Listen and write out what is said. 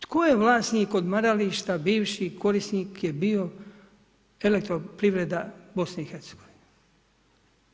Tko je vlasnik odmarališta, bivši korisnik je bio Elektroprivreda BiH-a.